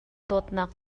dawtnak